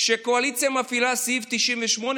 כשהקואליציה מפעילה את סעיף 98,